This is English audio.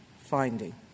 finding